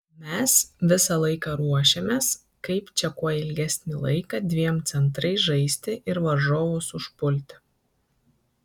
mes visą laiką ruošėmės kaip čia kuo ilgesnį laiką dviem centrais žaisti ir varžovus užpulti